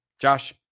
Josh